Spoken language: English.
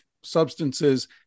substances